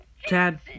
Chad